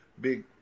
big